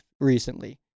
recently